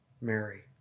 Mary